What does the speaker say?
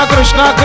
Krishna